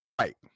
Right